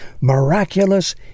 miraculous